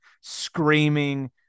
screaming